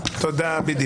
בליי.